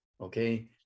okay